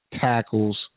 tackles